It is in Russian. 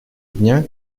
дня